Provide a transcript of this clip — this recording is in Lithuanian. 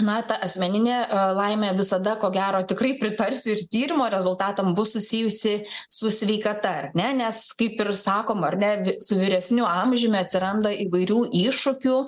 na ta asmeninė laimė visada ko gero tikrai pritarsiu ir tyrimo rezultatam bus susijusi su sveikata ar ne nes kaip ir sakom ar ne su vyresniu amžiumi atsiranda įvairių iššūkių